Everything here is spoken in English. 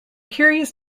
curious